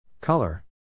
Color